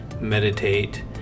meditate